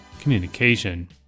communication